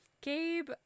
Gabe